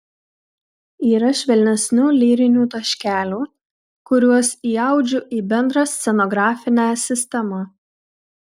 yra švelnesnių lyrinių taškelių kuriuos įaudžiu į bendrą scenografinę sistemą